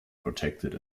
protected